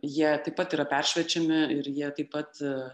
jie taip pat yra peršviečiami ir jie taip pat